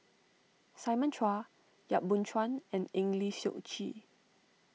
Simon Chua Yap Boon Chuan and Eng Lee Seok Chee